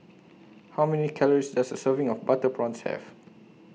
How Many Calories Does A Serving of Butter Prawns Have